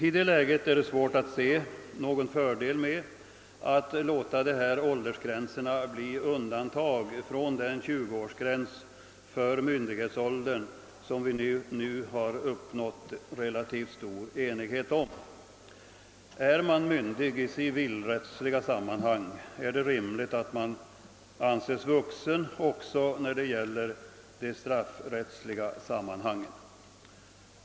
I det läget är det svårt att se någon fördel med att låta de här åldersgränserna bli undantag från den 20-årsgräns för myndighetsåldern som vi nu uppnått relativt stor enighet om. Är man myndig i civilrättsliga sammanhang, är det rimligt att man anses vuxen också när det gäller de straffrättsliga sammanhangen.